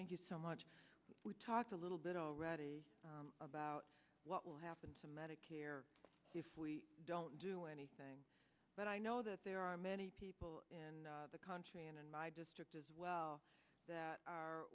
thank you so much we talked a little bit already about what will happen to medicare if we don't do anything but i know that there are many people in the country and in my district as well that are